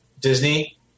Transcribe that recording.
Disney